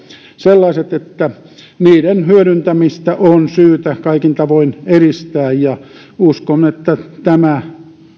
sellaiset että niiden hyödyntämistä on syytä kaikin tavoin edistää ja uskon että tämä